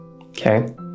okay